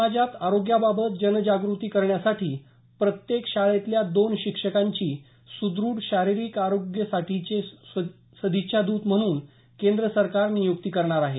समाजात आरोग्याबाबत जनजागृती करण्यासाठी प्रत्येक शाळेतल्या दोन शिक्षकांची सुदृढ शारिरीक आरोग्यासाठीचे सादेच्छादूत म्हणून केंद्र सरकार नियुक्ती करणार आहे